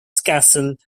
castle